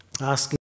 asking